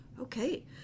okay